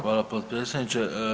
Hvala potpredsjedniče.